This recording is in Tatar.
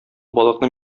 балыкны